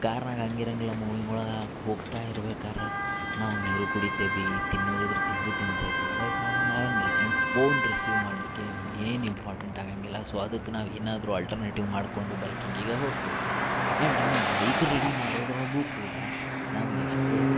ಕಾರ್ನಾಗ್ ಹಂಗ್ ಇರಂಗಿಲ್ಲ ಮೂವಿಂಗ್ ಒಳಗೆ ಹೋಗ್ತಾ ಇರ್ಬೇಕಾರ ನಾವು ನೀರು ಕುಡಿತೇವಿ ತಿನ್ನೋದ ಇದ್ರ ತಿಂದು ತಿಂತೇವಿ ಬೈಕ್ನಾಗ್ ಹಂಗ ಆಗಂಗಿಲ್ಲ ಆ್ಯಂಡ್ ಫೋನ್ ರಿಸೀವ್ ಮಾಡಲಿಕ್ಕೆ ನಿಮ್ಗ ಏನು ಇಂಪಾರ್ಟೆಂಟ್ ಆಗಂಗಿಲ್ಲ ಸೊ ಅದಕ್ಕೆ ನಾವು ಏನಾದರು ಆಲ್ಟರ್ನೇಟಿವ್ ಮಾಡ್ಕೊಂಡು ಬೈಕಿಂಗಿಗೆ ಹೋಗ್ತೆವೆ ಆ್ಯಂಡ್ ಇನ್ನ ಬೈಕ್ ರೆಡಿ ಮಾಡೋದರೊಳಗೂ ಕೂಡ ನಾವು ಎಷ್ಟೋ